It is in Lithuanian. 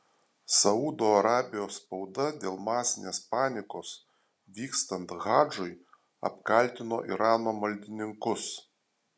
saudo arabijos spauda dėl masinės panikos vykstant hadžui apkaltino irano maldininkus